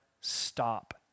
stop